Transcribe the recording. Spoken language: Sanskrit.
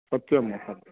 सत्यं महोदय